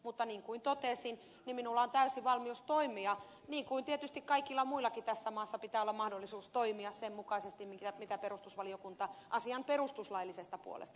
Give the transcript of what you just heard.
mutta niin kuin totesin minulla on täysi valmius toimia niin kuin tietysti kaikilla muillakin tässä maassa pitää olla mahdollisuus toimia sen mukaisesti mitä perustuslakivaliokunta asian perustuslaillisesta puolesta lausuu